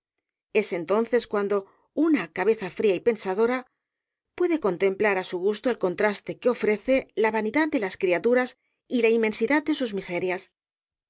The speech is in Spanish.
es entonces cuando una cabeza fría y pensadora puede contemplar á su gusto el contraste que ofrece la vanidad de las criaturas y la inmensidad de sus miserias